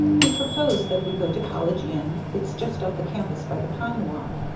he proposed that we go to college inn it's just off the campus by the pine walk.